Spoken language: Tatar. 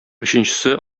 өченчесе